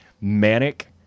manic